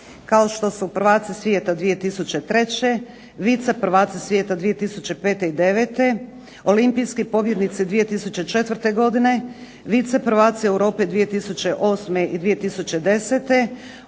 kao što su prvaci svijeta 2003., viceprvaci svijeta 2005. i 2009., olimpijski pobjednici 2004. godine, viceprvaci Europe 2008. i 2010.,